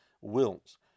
wills